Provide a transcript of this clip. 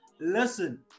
Listen